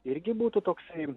irgi būtų toksai